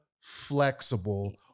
flexible